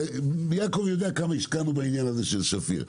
יעקב יודע כמה השקענו בעניין הזה של שפיר,